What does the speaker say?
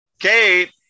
Kate